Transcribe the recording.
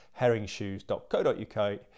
herringshoes.co.uk